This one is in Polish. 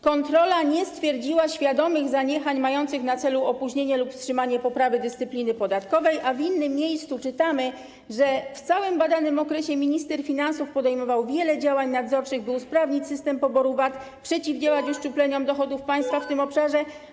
Kontrola nie stwierdziła świadomych zaniechań mających na celu opóźnienie lub wstrzymanie poprawy dyscypliny podatkowej, a w innym miejscu czytamy, że w całym badanym okresie minister finansów podejmował wiele działań nadzorczych, by usprawnić system poboru VAT, przeciwdziałać uszczupleniom dochodów państwa w tym obszarze.